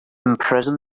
imprison